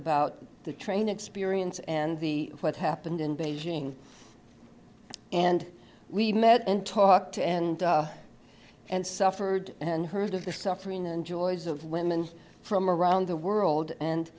about the train experience and the what happened in beijing and we met and talked and and suffered and heard of the suffering and joys of women from around the world and